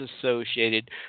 associated